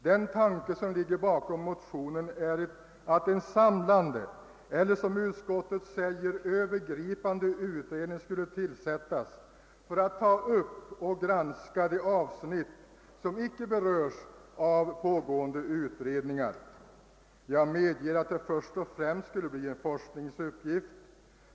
Den tanke som ligger bakom motionen är att en samlande — eller som utskottet säger »övergripande» — utredning skulle tillsättas för att ta upp till granskning de avsnitt som inte berörs av pågående utredningar. Jag medger att detta först och främst skulle bli en forskningsuppgift.